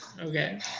Okay